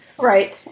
Right